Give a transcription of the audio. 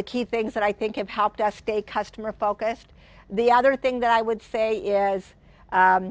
the key things that i think it helped us stay customer focused the other thing that i would say is